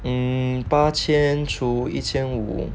八千除一千五